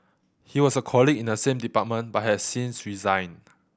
he was a colleague in the same department but has since resigned